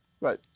right